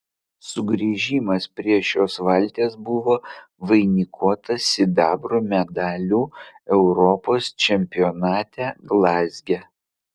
sugrįžimas prie šios valties buvo vainikuotas sidabro medaliu europos čempionate glazge